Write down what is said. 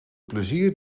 plezier